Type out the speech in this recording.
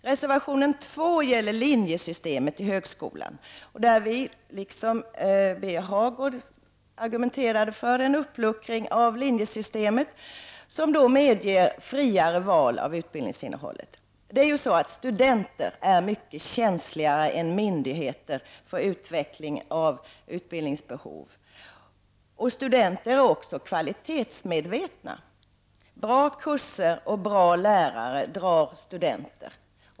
Reservation 2 gäller linjesystemet i högskolan. Folkpartiet, liksom Birger Hagård, agerar för en uppluckring av linjesystemet som då medger friare val av utbildningsinnehållet. Studenter är mycket känsligare än myndigheter för utveckling av utbildningsbehov. Studenter är också kvalitetsmedvetna. Bra kurser och bra lärare drar studenter.